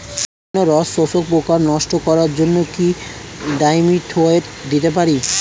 বিভিন্ন রস শোষক পোকা নষ্ট করার জন্য কি ডাইমিথোয়েট দিতে পারি?